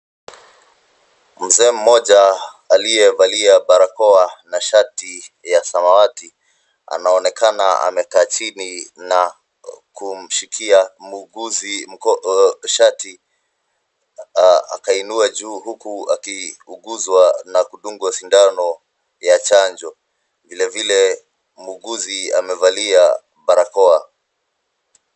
Mzee mmoja aliyevalia barakoa ya shati na samawati anaonekana amekaa chini na kumshikia muuguzi shati akainue juu huku akiuguzwa na kudungwa shindani ya chanjo. Vile vile muuguzi amevalia barakoa.